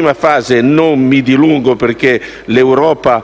la prima fase non mi dilungo perché sull'Europa